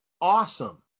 awesome